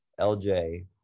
LJ